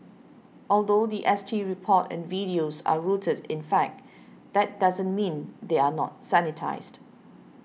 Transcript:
although the S T report and videos are rooted in fact that doesn't mean they are not sanitised